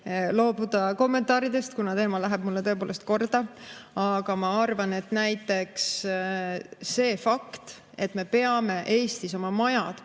loobuda kommentaaridest, kuna teema läheb mulle tõepoolest korda. Ma arvan, et näiteks see fakt, et me peame Eestis oma majad